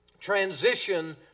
transition